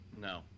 No